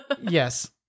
Yes